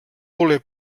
voler